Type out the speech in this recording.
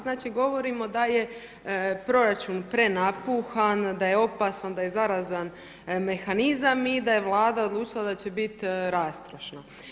Znači, govorimo da je proračun prenapuhan, da je opasan, da je zarazan mehanizam i da je Vlada odlučila da će biti rastrošna.